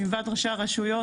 מלבד ראשי הרשויות.